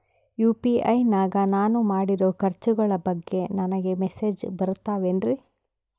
UPI ನಾಗ ನಾನು ಮಾಡಿರೋ ಖರ್ಚುಗಳ ಬಗ್ಗೆ ನನಗೆ ಮೆಸೇಜ್ ಬರುತ್ತಾವೇನ್ರಿ?